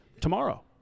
tomorrow